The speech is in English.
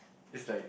is like